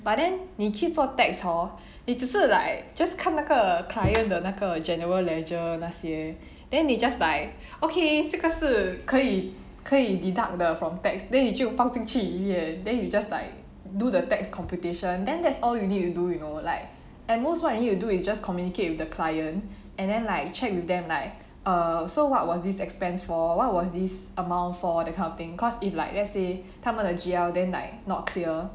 but then 你去做 tax hor 你只是 like just 看那个 client 的那个 general ledger 那些 then 你 just like okay 这个是可以可以 deduct 的 from tax then 你就放进去 then you just like do the tax computation then that's all you need to do you know like at most what you need to do is just communicate with the client and then like check with them like err so what was this expense for what was this amount for that kind of thing cause if like let's say 他们的 G_L then like not clear